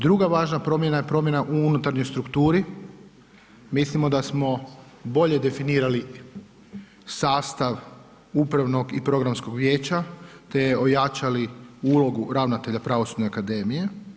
Druga važna promjena je promjena u unutarnjoj strukturi, mislimo da smo bolje definirali sastav upravnog i programskog vijeća te ojačali ulogu ravnatelja Pravosudne akademije.